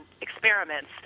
experiments